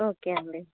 okay అండి